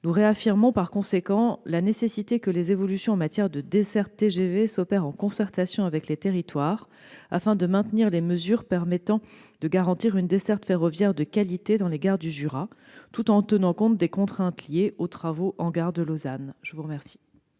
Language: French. Nous réaffirmons par conséquent la nécessité que les évolutions en matière de desserte TGV s'opèrent en concertation avec les territoires, afin de définir les mesures permettant de maintenir une desserte ferroviaire de qualité dans les gares du Jura, tout en tenant compte des contraintes liées aux travaux en gare de Lausanne. La parole